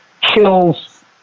kills